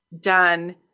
done